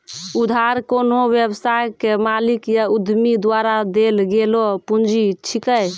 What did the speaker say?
उधार कोन्हो व्यवसाय के मालिक या उद्यमी द्वारा देल गेलो पुंजी छिकै